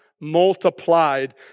Multiplied